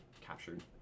captured